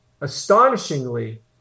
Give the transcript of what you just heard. astonishingly